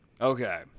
okay